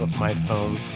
my phone.